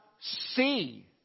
see